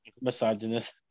misogynist